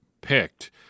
picked